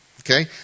Okay